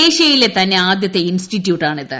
ഏഷ്യയിലെ തന്നെ ആദ്യത്തെ ഇൻസ്റ്റിറ്റ്യൂട്ടാണ് ഇത്